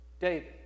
David